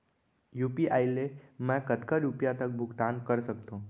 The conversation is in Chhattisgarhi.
यू.पी.आई ले मैं कतका रुपिया तक भुगतान कर सकथों